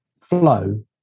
flow